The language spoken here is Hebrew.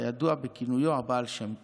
הידוע בכינויו "הבעל שם טוב".